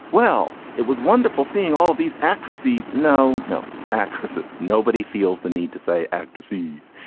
well, it was wonderful seeing all of these actresses. no, no actresses. nobody feels the need to say actresses.